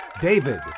David